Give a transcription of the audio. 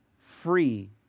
free